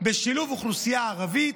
בשילוב אוכלוסייה ערבית,